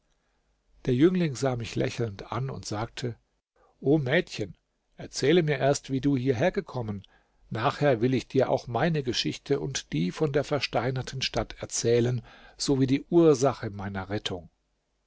der jüngling sah mich lächelnd an und sagte o mädchen erzähle mir erst wie du hierher gekommen nachher will ich dir auch meine geschichte und die von der versteinerten stadt erzählen so wie die ursache meiner rettung